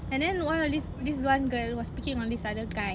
and one of this this one girl was picking on this other guy